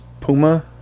puma